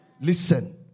Listen